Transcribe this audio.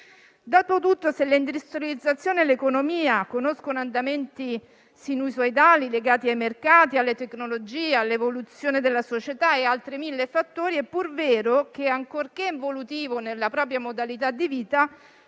Dopo tutto, se l'industrializzazione e l'economia conoscono andamenti sinusoidali legati ai mercati, alle tecnologie, all'evoluzione della società e altri mille fattori, è pur vero che, ancorché involutivo nella propria modalità di vita,